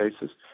basis